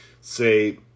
say